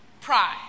Pride